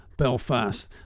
Belfast